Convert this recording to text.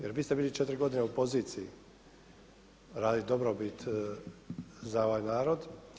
Jer vi ste bili 4 godine u poziciji radit dobrobit za ovaj narod.